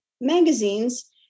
magazines